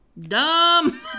Dumb